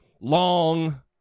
long